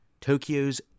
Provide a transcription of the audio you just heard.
Tokyo's